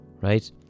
right